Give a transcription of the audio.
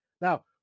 now